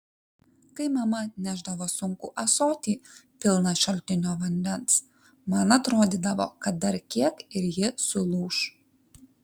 kai mama nešdavo sunkų ąsotį pilną šaltinio vandens man atrodydavo kad dar kiek ir ji sulūš